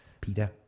Peter